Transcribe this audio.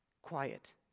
Quiet